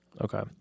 Okay